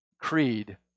creed